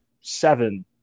seven